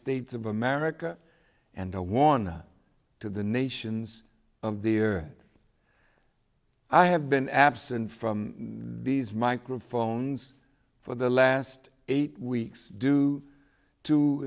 states of america and a warning to the nations of the year i have been absent from these microphones for the last eight weeks due to